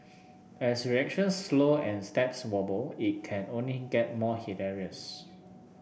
as reactions slow and steps wobble it can only get more hilarious